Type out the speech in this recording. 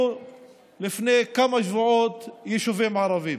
לפני כמה שבועות היו יישובים ערביים.